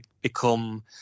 become